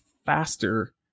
faster